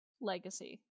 legacy